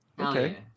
Okay